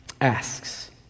asks